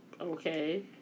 okay